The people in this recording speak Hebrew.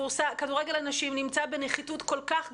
כדורגל הנשים נמצא בנחיתות כל כך גדולה,